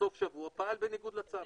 בסוף השבוע פעל בניגוד לצו.